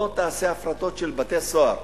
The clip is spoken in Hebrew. בוא תעשה הפרטות של בתי-סוהר.